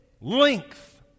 length